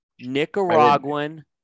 Nicaraguan